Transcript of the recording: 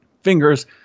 Fingers